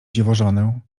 dziwożonę